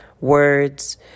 words